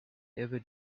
ever